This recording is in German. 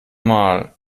mal